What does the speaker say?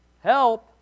help